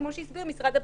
כמו שהסביר משרד הבריאות,